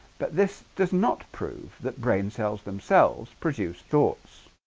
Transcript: but this does not prove that brain cells themselves produce thoughts